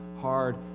hard